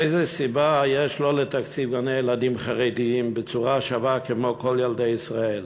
איזה סיבה יש לא לתקצב גני-ילדים חרדיים בצורה שווה כמו כל ילדי ישראל?